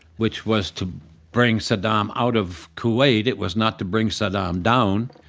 which was to bring saddam out of kuwait. it was not to bring saddam down.